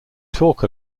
talk